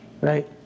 right